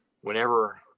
whenever